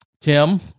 Tim